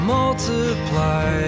multiply